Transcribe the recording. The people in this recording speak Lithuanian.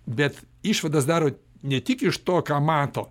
bet išvadas daro ne tik iš to ką mato